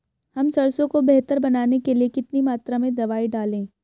हम सरसों को बेहतर बनाने के लिए कितनी मात्रा में दवाई डालें?